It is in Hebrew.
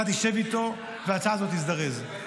תשב איתו וההצעה הזאת תזדרז.